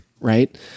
Right